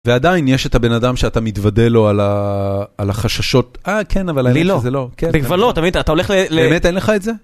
ועדיין יש את הבן אדם שאתה מתוודה לו על החששות, אה כן, אבל אני לא. אבל לא, תמיד אתה הולך ל... באמת אין לך את זה?